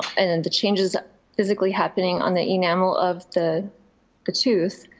and then the changes physically happening on the enamel of the the tooth.